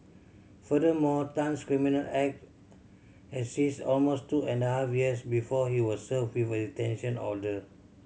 furthermore Tan's criminal act has ceased almost two and half years before he was served with a detention order